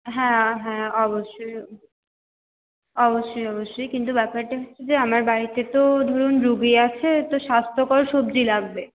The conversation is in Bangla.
হ্যাঁ হ্যাঁ অবশ্যই অবশ্যই অবশ্যই কিন্তু ব্যাপারটা হচ্ছে যে আমার বাড়িতে তো ধরুন রোগী আছে তো স্বাস্থ্যকর সবজি লাগবে